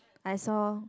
I saw